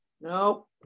No